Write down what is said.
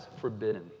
forbidden